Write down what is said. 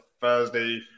Thursday